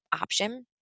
option